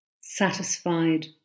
satisfied